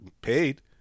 paid